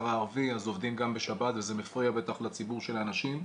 הערבי אז עובדים גם בשבת וזה מפריע בטח לציבור של האנשים.